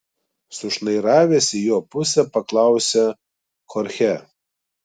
sušnairavęs į jo pusę paklausė chorchė